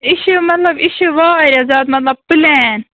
یہِ چھُ مَطلَب یہِ چھُ واریاہ زیادٕ مَطلَب پُلین